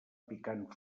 picant